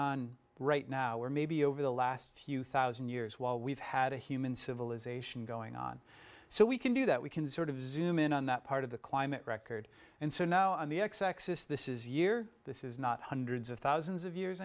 on right now or maybe over the last few thousand years while we've had a human civilization going on so we can do that we can sort of zoom in on that part of the climate record and so now on the x axis this is year this is not hundreds of thousands of years